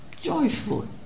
joyful